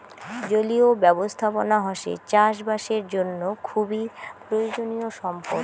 জলীয় ব্যবস্থাপনা হসে চাষ বাসের জন্য খুবই প্রয়োজনীয় সম্পদ